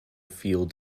field